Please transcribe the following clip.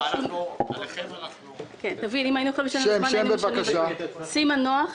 אני סימה נח,